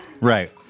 Right